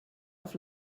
auf